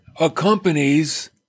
accompanies